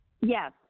Yes